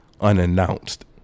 unannounced